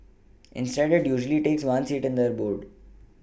instead it usually takes one seat in their board